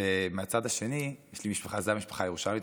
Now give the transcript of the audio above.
זאת המשפחה הירושלמית.